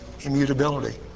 immutability